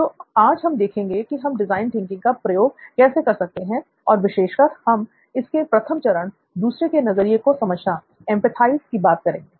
तो आज हम देखेंगे कि हम डिज़ाइन थिंकिंग का प्रयोग कैसे कर सकते हैं और विशेष कर हम इसके प्रथम चरण दूसरे के नज़रिए को समझना की बात करेंगे